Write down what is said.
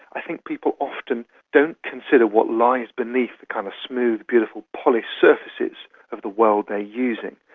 i think people often don't consider what lies beneath the kind of smooth, beautiful, polished services of the world they're using.